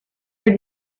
your